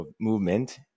movement